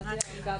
מטי צרפתי הרכבי.